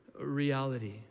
reality